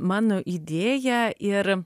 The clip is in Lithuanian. mano idėja ir